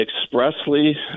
expressly